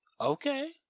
Okay